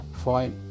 fight